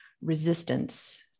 resistance